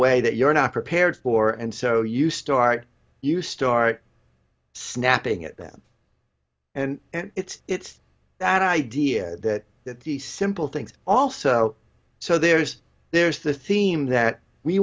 way that you're not prepared for and so you start you start snapping at them and it's that idea that that the simple things also so there's there's the theme that we